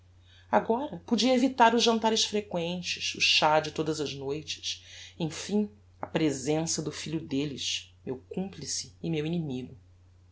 agora podia evitar os jantares frequentes o chá de todas as noites emfim a presença do filho delles meu complice e meu inimigo